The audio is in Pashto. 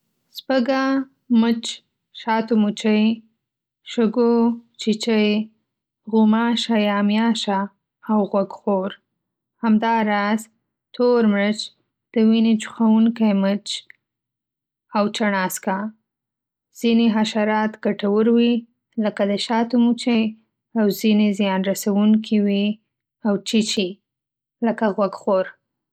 سپږ‌ه، مچ، شاتو‌مچۍ، شګو، چیچی، غوماشه یا میاشه، او غوږخور. همداراز، تور مرچ، د وینې چوښونکی مچ، او چڼاسکه. ځینې حشرات ګټور وي، لکه د شات‌و مچۍ؛ او ځینې زیان‌رسوونکي وي او چیچی لکه غوږخور.